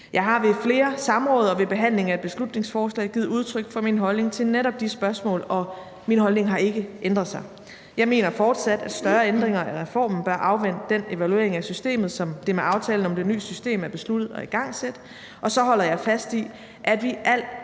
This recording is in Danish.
Jeg har ved flere samråd og ved behandlingen af beslutningsforslag givet udtryk for min holdning til netop de spørgsmål, og min holdning har ikke ændret sig. Jeg mener fortsat, at større ændringer af reformen bør afvente den evaluering af systemet, som det med aftalen om det nye system er blevet besluttet at igangsætte, og så holder jeg fast i, at vi altid